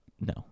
No